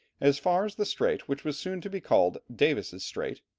as far as the strait which was soon to be called davis' strait,